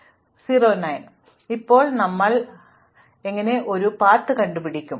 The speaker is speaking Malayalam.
പിന്നെ നമുക്ക് ഇപ്പോൾ അയൽക്കാരെയും അയൽക്കാരുടെ അയൽക്കാരെയും നോക്കാം